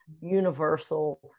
universal